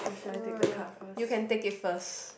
sure you can take it first